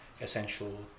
essential